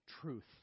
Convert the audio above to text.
truth